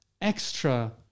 extra